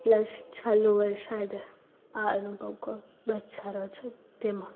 plus ચાલુ વરસાદે આ અનુભવ ખૂબ જ સારો છે તેમાં